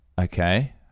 Okay